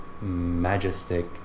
majestic